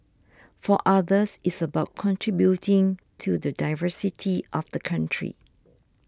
for others it's about contributing to the diversity of the country